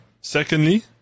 Secondly